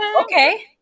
Okay